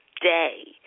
Day